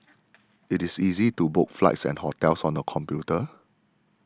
it is easy to book flights and hotels on the computer